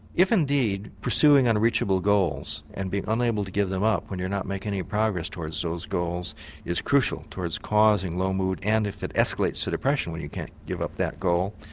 if indeed pursuing unreachable goals and being unable to give them when you're not making any progress towards those goals is crucial towards causing low mood, and if it escalates to depression when you can't give up that goal.